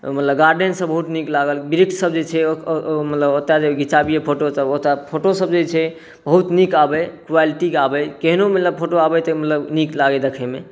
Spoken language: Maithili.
मतलब गार्डन सब बहुत नीक लागल वृक्ष सब जे छै मतलब ओतय जे घीचबियै फोटो सब फोटो सब जे छै बहुत नीक आबै क्वालीटी आबै केहनो मतलब फोटो आबै मतलब तऽ नीक लागय देखय मे